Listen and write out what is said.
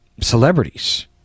celebrities